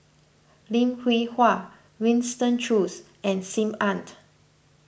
Lim Hwee Hua Winston Choos and Sim Annt